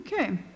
Okay